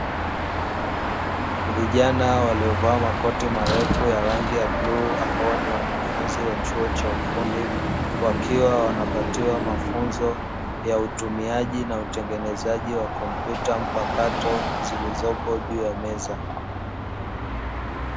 Vijana walovaa makoti marefu ya rangi ya bluu ambao ni wanafunzi chuo cha ufundi, wakiwa wanapatiwa mafunzo ya utumiaji na utengenezaji wa kompyuta mpakato, zilizopo juu ya meza.